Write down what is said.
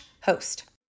host